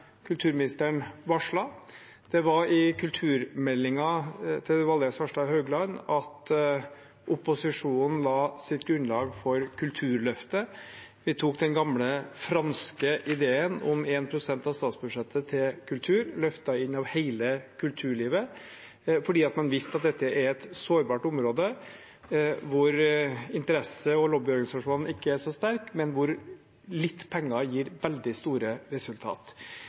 kulturministeren varslet. Det var i kulturmeldingen til Valgerd Svarstad Haugland at opposisjonen la sitt grunnlag for Kulturløftet. Vi tok den gamle franske ideen om 1 pst. av statsbudsjettet til kultur, løftet inn av hele kulturlivet, fordi man visste at dette er et sårbart område, hvor interesse- og lobbyorganisasjonene ikke er så sterke, men hvor litt penger gir veldig store